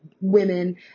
women